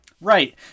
right